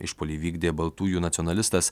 išpuolį įvykdė baltųjų nacionalistas